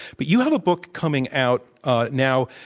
but you have a book coming out ah now,